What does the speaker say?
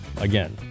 again